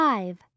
Five